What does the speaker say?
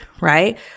right